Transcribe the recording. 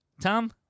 Tom